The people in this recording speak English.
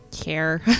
Care